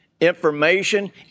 information